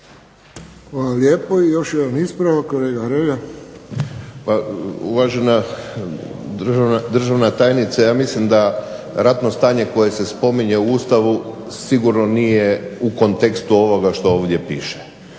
Hrelja. **Hrelja, Silvano (HSU)** Pa uvažena državna tajnice ja mislim da ratno stanje koje se spominje u Ustavu sigurno nije u kontekstu ovoga što ovdje piše.